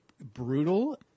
brutal